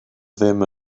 ddim